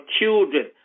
children